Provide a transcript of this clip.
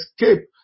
escape